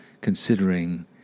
considering